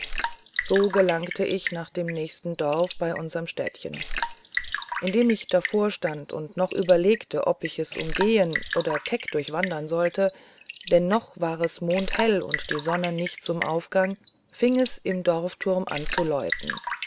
so gelangte ich nach dem nächsten dorf bei unserm städtchen indem ich davor stand und noch überlegte ob ich es umgehen oder keck durchwandern sollte denn noch war es mondhell und die sonne nicht zum aufgang fing es im dorfturm an zu läuten